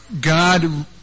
God